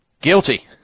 Guilty